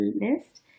list